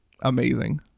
amazing